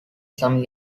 some